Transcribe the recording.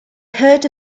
heard